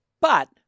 But-